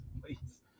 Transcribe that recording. please